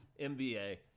NBA